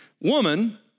woman